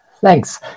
Thanks